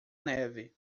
neve